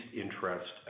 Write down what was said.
interest